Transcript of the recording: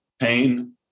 pain